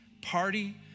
party